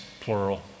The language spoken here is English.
plural